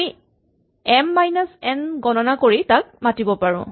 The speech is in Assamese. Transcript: আমি এম মাইনাচ এন গণনা কৰি তাক মাতিব পাৰো